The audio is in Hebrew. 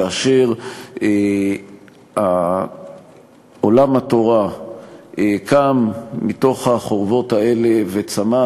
כאשר עולם התורה קם מתוך החורבות האלה וצמח